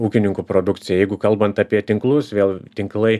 ūkininkų produkcija jeigu kalbant apie tinklus vėl tinklai